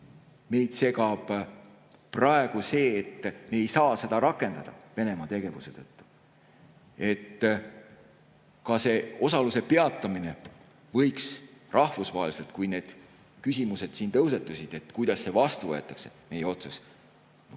Meid segab praegu see, et me ei saa seda rakendada Venemaa tegevuse tõttu. Ka see osaluse peatamine võiks rahvusvaheliselt – need küsimused siin tõusetusid, et kuidas see vastu võetakse, see meie otsus –